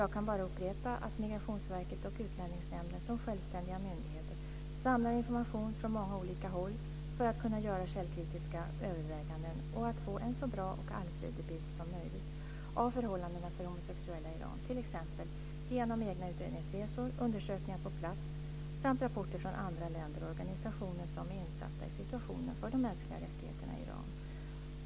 Jag kan bara upprepa att Migrationsverket och Utlänningsnämnden som självständiga myndigheter samlar information från många olika håll för att kunna göra källkritiska överväganden och få en så bra och allsidig bild som möjligt av förhållandena för homosexuella i Iran, t.ex. genom egna utredningsresor, undersökningar på plats samt rapporter från andra länder och organisationer som är insatta i situationen för de mänskliga rättigheterna i Iran.